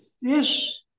Yes